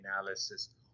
Analysis